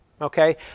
okay